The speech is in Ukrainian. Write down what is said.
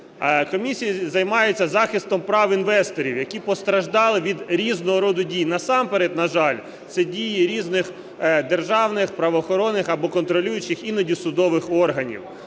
Комісія займається захистом прав інвесторів, які постраждали від різного роду дій. Насамперед, на жаль, це дії різних державних правоохоронних або контролюючих, іноді судових органів.